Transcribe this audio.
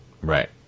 Right